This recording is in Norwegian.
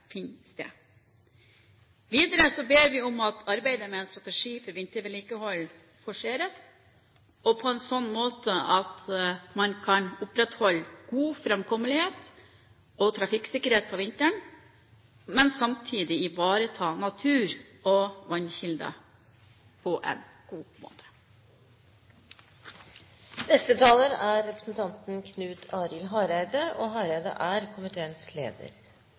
finner sted. Videre ber vi om at arbeidet med en strategi for vintervedlikehold forseres på en slik måte at man kan opprettholde god framkommelighet og trafikksikkerhet om vinteren, men samtidig ivareta natur og vannkilder på en god måte. Eg har lyst til å bekrefte det som var saksordførarens kommentar til forslaget frå Høgre og Kristeleg Folkeparti. Det er